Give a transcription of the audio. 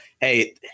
Hey